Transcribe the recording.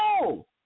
No